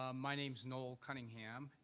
um my name's noel cunningham.